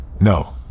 No